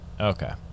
Okay